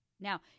Now